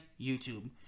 YouTube